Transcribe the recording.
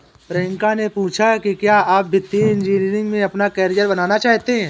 प्रियंका ने पूछा कि क्या आप वित्तीय इंजीनियरिंग में अपना कैरियर बनाना चाहते हैं?